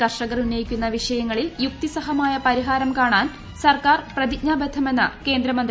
കർഷകർ ഉന്നയിക്കുന്ന വിഷയങ്ങളിൽ യുക്തിസഹമായ പരിഹാരം കാണാൻ സർക്കാർ പ്രതിജ്ഞാബദ്ധമെന്ന് കേന്ദ്രമന്ത്രി നരേന്ദ്രസിങ് ത്രോമർ